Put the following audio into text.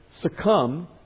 succumb